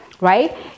right